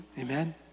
Amen